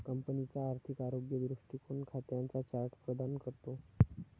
कंपनीचा आर्थिक आरोग्य दृष्टीकोन खात्यांचा चार्ट प्रदान करतो